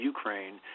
Ukraine